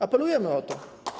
Apelujemy o to.